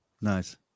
Nice